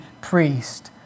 priest